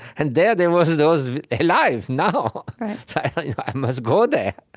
and there, there was those alive now. so i thought, i must go there.